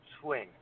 Swing